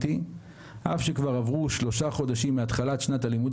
אף שכבר עברו שלושה חודשים מהתחלת שנת לימוד